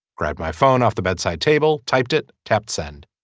grabbed my phone off the bedside table typed it tapped send